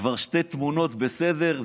וכבר שתי תמונות זה בסדר.